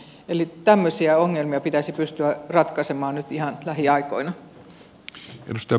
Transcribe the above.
eli tämmöisiä ongelmia pitäisi pystyä ratkaisemaan nyt ihan lähiaikoina